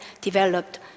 developed